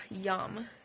yum